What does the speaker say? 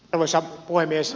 arvoisa puhemies